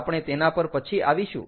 આપણે તેના પર પછી આવીશું